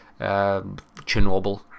Chernobyl